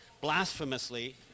blasphemously